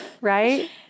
right